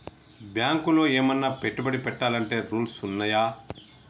బ్యాంకులో ఏమన్నా పెట్టుబడి పెట్టాలంటే రూల్స్ ఉన్నయా?